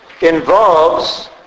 involves